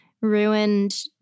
ruined